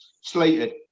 slated